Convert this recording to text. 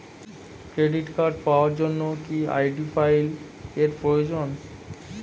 Credit card পাওয়ার জন্য কি আই.ডি ফাইল এর প্রয়োজন?